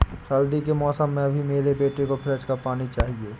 सर्दी के मौसम में भी मेरे बेटे को फ्रिज का पानी चाहिए